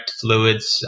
fluids